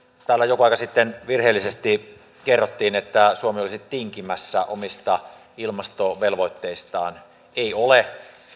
täällä joku aika sitten virheellisesti kerrottiin että suomi olisi tinkimässä omista ilmastovelvoitteistaan ei ole